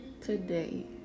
today